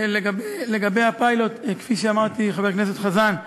לגבי הפיילוט, כפי שאמרתי, חבר הכנסת חזן,